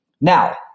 Now